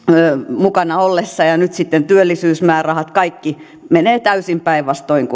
mukana ollessa ja nyt sitten työllisyysmäärärahat kaikki menevät täysin päinvastoin